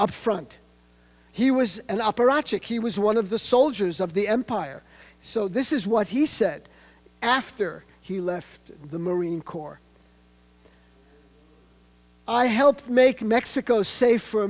up front he was and apparatchik he was one of the soldiers of the empire so this is what he said after he left the marine corps i helped make mexico safe